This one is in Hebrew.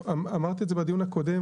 אמרתי את זה בדיון הקודם,